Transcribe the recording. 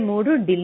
33 delay